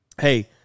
hey